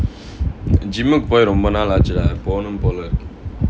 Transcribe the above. gym போய் ரொம்ப நாள் ஆச்சுடா போனும் போல இருக்கு:poi romba naal aachudaa ponum pola irukku